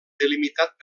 delimitat